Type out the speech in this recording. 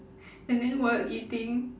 and then while eating